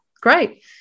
great